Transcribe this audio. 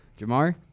Jamar